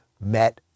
met